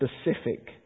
specific